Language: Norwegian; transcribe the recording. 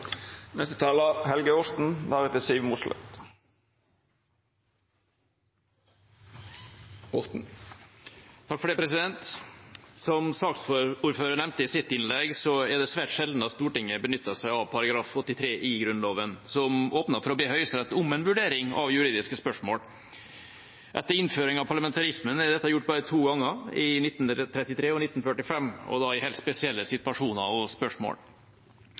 Som saksordføreren nevnte i sitt innlegg, er det svært sjelden Stortinget benytter seg av § 83 i Grunnloven, som åpner for å be Høyesterett om en vurdering av juridiske spørsmål. Etter innføringen av parlamentarismen er dette gjort bare to ganger – i 1933 og 1945 – og da i helt spesielle situasjoner og spørsmål.